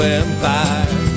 empire